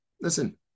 Listen